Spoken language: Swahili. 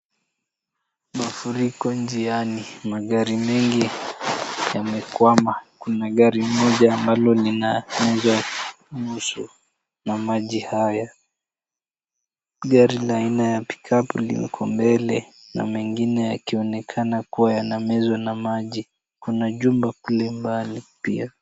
Mafuriko njiani. Magari mengi yamekwama. Kuna gari moja ambalo linafikwa nusu na maji haya. Gari la aina ya pikapu liko mbele na mengine yakionekana kuwa yanamezwa na maji. Kuna jumba kule mbali pia.